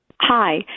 Hi